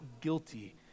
guilty